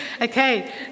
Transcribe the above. Okay